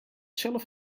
zelf